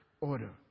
order